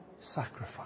sacrifice